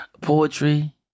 poetry